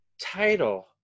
title